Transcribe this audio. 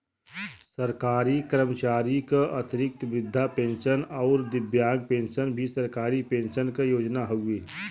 सरकारी कर्मचारी क अतिरिक्त वृद्धा पेंशन आउर दिव्यांग पेंशन भी सरकारी पेंशन क योजना हउवे